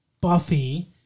Buffy